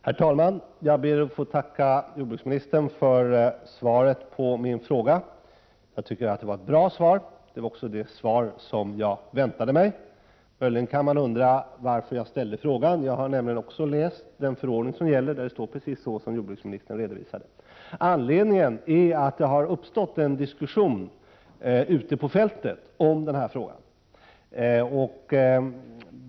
Herr talman! Jag ber att få tacka jordbruksministern för svaret på min fråga. Det var ett bra svar. Det var också det svar som jag väntade mig. Möjligen kan man undra varför jag ställde frågan. Jag har nämligen också läst den förordning som gäller, där detta står som jordbruksministern redovisade. Anledningen är att det ute på fältet har uppstått en diskussion om denna fråga.